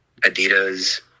Adidas